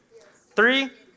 Three